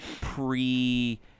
pre